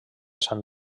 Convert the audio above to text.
sant